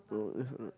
no